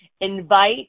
invite